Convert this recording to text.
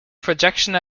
projection